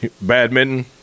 badminton